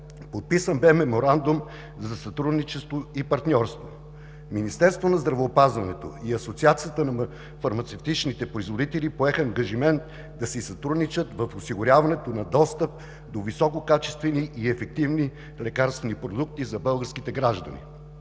Подписан бе Меморандум за сътрудничество и партньорство. Министерството на здравеопазването и Асоциацията на фармацевтичните производители поеха ангажимент да си сътрудничат в осигуряването на достъп до висококачествени и ефективни лекарствени продукти за българските граждани.